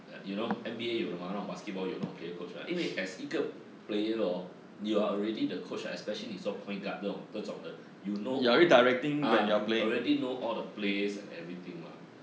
you know N_B_A 有的吗那种 basketball 有那种 player coach mah 因为 as 一个 player orh you are already the coach especially 你做 point guard 这种这种的 you know all the ah you already know all the plays and everything mah